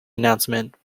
announcement